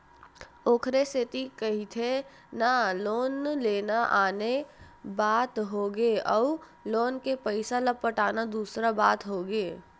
ओखरे सेती कहिथे ना लोन लेना आने बात होगे अउ लोन के पइसा ल पटाना दूसर बात होगे